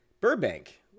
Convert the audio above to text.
Burbank